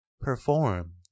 perform